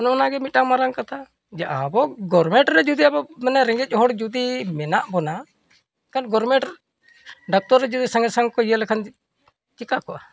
ᱚᱱᱮ ᱚᱱᱟᱜᱮ ᱢᱤᱫᱴᱟᱝ ᱢᱟᱨᱟᱝ ᱠᱟᱛᱷᱟ ᱡᱟ ᱟᱵᱚ ᱜᱚᱨᱢᱮᱱᱴ ᱨᱮ ᱡᱩᱫᱤ ᱟᱵᱚ ᱢᱟᱱᱮ ᱨᱮᱸᱜᱮᱡ ᱦᱚᱲ ᱡᱩᱫᱤ ᱢᱮᱱᱟᱜ ᱵᱚᱱᱟ ᱮᱱᱠᱷᱟᱱ ᱜᱚᱨᱢᱮᱱᱴ ᱰᱟᱠᱛᱚᱨ ᱨᱮ ᱡᱩᱫᱤ ᱥᱚᱸᱜᱮ ᱥᱚᱝ ᱠᱚ ᱤᱭᱟᱹ ᱞᱮᱠᱷᱟᱱ ᱪᱤᱠᱟᱹ ᱠᱚ